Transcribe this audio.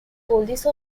police